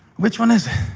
which one is it?